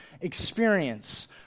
experience